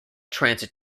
transit